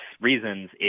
reasons